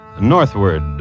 northward